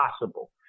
possible